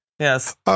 Yes